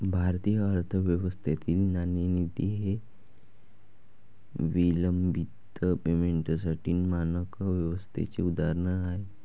भारतीय अर्थव्यवस्थेतील नाणेनिधी हे विलंबित पेमेंटसाठी मानक व्यवस्थेचे उदाहरण आहे